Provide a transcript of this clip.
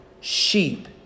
sheep